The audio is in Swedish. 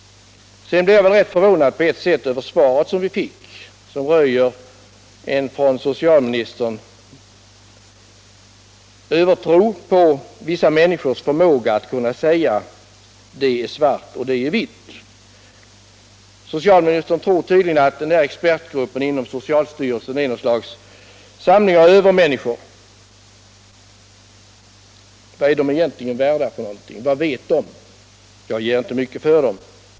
Jag blev ganska förvånad över svaret, som röjer en övertro hos socialministern på vissa människors förmåga att avgöra vad som är vitt och vad som är svart. Socialministern tror tydligen att expertgruppen inom socialstyrelsen består av en samling övermänniskor. Vad är de egentligen värda? Vad vet de? Jag ger inte mycket för dem.